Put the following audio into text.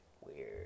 Weird